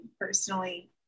personally